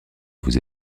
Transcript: vous